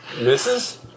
Misses